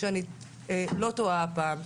שאני לא טועה הפעם,